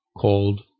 called